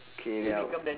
K then I'll